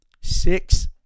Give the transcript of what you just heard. Six